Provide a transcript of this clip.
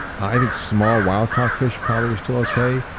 i think small wild caught fish probably are still okay,